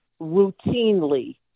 routinely